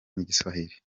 n’igiswahili